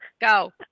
Go